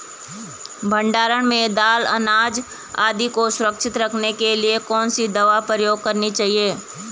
भण्डारण में दाल अनाज आदि को सुरक्षित रखने के लिए कौन सी दवा प्रयोग करनी चाहिए?